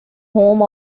home